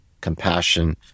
compassion